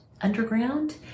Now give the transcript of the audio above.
underground